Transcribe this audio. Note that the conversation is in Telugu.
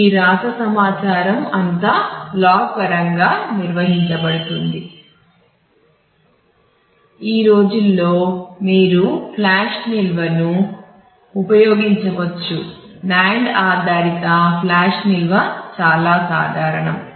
ఈ రోజుల్లో మీరు ఫ్లాష్ నిల్వ చాలా సాధారణం